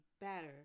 better